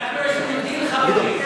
אנחנו, יש לנו דיל חברי.